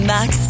Max